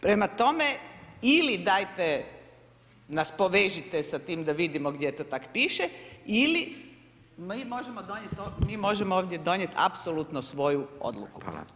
Prema tome, ili dajte nas povežite sa tim da vidimo gdje to tak piše ili mi možemo ovdje donijeti apsolutno svoju odluku.